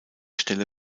stelle